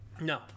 no